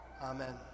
Amen